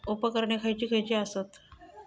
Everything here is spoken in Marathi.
उपकरणे खैयची खैयची आसत?